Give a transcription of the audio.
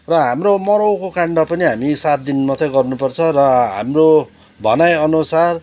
र हाम्रो मरौको कान्ड पनि हामी सात दिन मात्रै गर्नुपर्छ र हाम्रो भनाइअनुसार